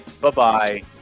Bye-bye